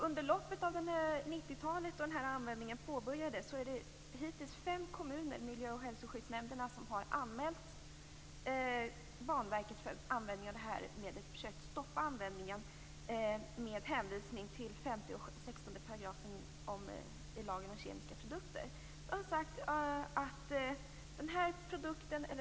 Under loppet av 90-talet, under den tid då användningen har pågått, har miljö och hälsoskyddsnämnderna i hittills fem kommuner anmält Banverket för användningen av det här medlet och försökt stoppa användningen med hänvisning till 5 och 16 §§ i lagen om kemiska produkter.